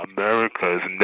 America's